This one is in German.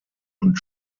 und